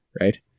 right